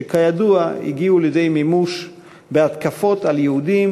שכידוע הגיעו לידי מימוש בהתקפות על יהודים